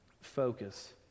focus